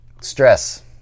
Stress